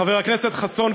חבר הכנסת חסון,